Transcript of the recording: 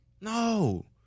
No